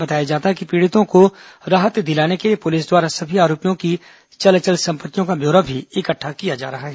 बताया जाता है कि पीड़ितों को राहत दिलाने के लिए पुलिस द्वारा सभी आरोपियों की चल अचल संपत्तियों का ब्यौरा भी इकट्ठा किया जा रहा है